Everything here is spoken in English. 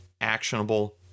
actionable